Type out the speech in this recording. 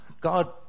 God